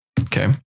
Okay